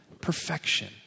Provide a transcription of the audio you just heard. perfection